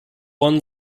one